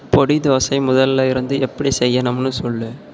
பொடி தோசை முதலில் இருந்து எப்படி செய்யணும்னு சொல்